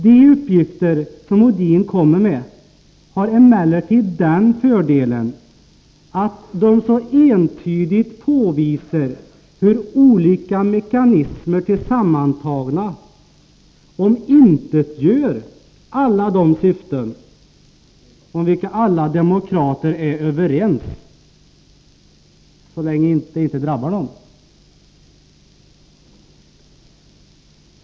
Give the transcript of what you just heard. De uppgifter som Odin kommer med har emellertid den fördelen att de så entydigt påvisar hur olika mekanismer tillsammantagna omintetgör alla de syften om vilka alla demokrater är överens, så länge det inte drabbar någon.